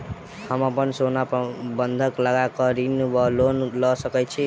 हम अप्पन सोना बंधक लगा कऽ ऋण वा लोन लऽ सकै छी?